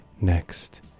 next